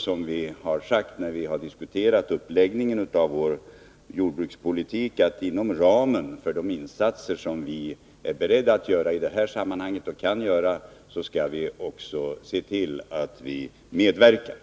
Som vi har sagt när vi har diskuterat uppläggningen av vår jordbrukspolitik, skall vi se till att medverka inom ramen för de insatser som vi kan göra och är beredda att göra i det här sammanhanget.